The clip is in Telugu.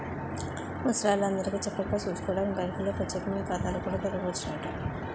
ముసలాల్లందరికీ చక్కగా సూసుకోడానికి బాంకుల్లో పచ్చేకమైన ఖాతాలు కూడా తెరవచ్చునట